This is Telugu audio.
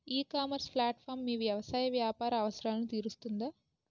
ఈ ఇకామర్స్ ప్లాట్ఫారమ్ మీ వ్యవసాయ వ్యాపార అవసరాలను తీరుస్తుందా?